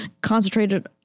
concentrated